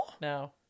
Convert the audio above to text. no